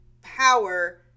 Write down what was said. power